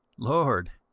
lord,